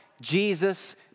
Jesus